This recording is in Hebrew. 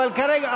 אבל כרגע,